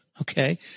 okay